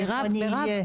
איפה אני אהיה,